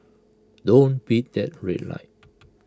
don't beat that red light